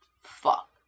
fuck